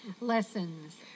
lessons